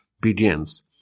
begins